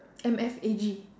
M_F_A_G